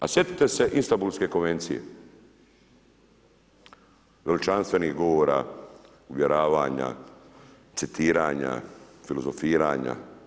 A sjetite se Istanbulske konvencije, veličanstvenih govora, uvjeravanja, citiranja, filozofiranja.